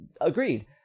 Agreed